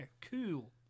cool